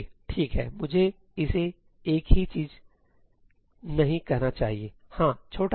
ठीक है मुझे इसे एक ही चीज नहीं कहना चाहिए हाँ छोटा ' a '